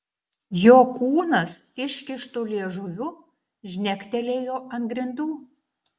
jo kūnas iškištu liežuviu žnektelėjo ant grindų